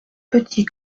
petit